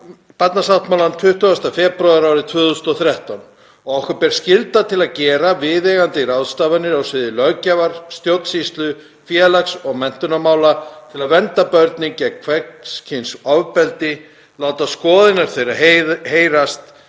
barnasáttmálann 20. febrúar árið 2013 og okkur ber skylda til að gera viðeigandi ráðstafanir á sviði löggjafar, stjórnsýslu, félags- og menntunarmála til að vernda börnin gegn hvers kyns ofbeldi, láta skoðanir þeirra heyrast,